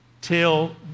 till